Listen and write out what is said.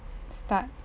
start